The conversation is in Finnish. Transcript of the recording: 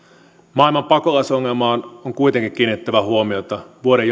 maailman pakolaisongelmaan on kuitenkin kiinnitettävä huomiota vuoden